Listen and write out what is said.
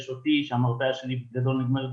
יש אותי שהמרפאה שלי בגדול נגמרת בסביבות